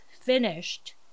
finished